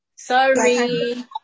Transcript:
Sorry